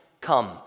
come